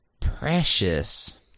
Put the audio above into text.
Precious